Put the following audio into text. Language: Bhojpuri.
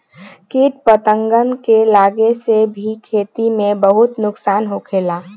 किट पतंगन के लागे से भी खेती के बहुत नुक्सान होखेला